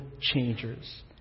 changers